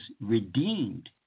redeemed